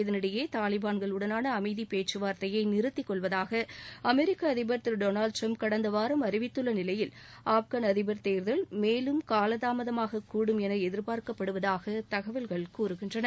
இதனிடையே தாலிபன்கள் உடனான அமைதிப் பேச்கவார்த்தையை நிறுத்தி கொள்வதாக அமெரிக்க அதிபர் திரு டொனால்ட் டிரம்ப் கடந்த வாரம் அறிவித்துள்ள நிலையில் ஆப்கன் அதிபர் தேர்தல் மேலும் காலதாமதமாக கூடும் என எதிர்பார்க்கப்படுவதாக தகவல்கள் கூறுகின்றன